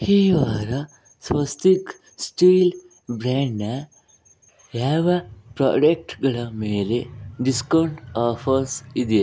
ಈ ವಾರ ಸ್ವಸ್ತಿಕ್ ಸ್ಟೀಲ್ ಬ್ರ್ಯಾಂಡ್ನ ಯಾವ ಪ್ರಾಡಕ್ಟ್ಗಳ ಮೇಲೆ ಡಿಸ್ಕೌಂಟ್ ಆಫರ್ಸ್ ಇದೆ